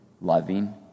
loving